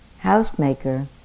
Housemaker